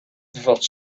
bevat